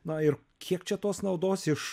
na ir kiek čia tos naudos iš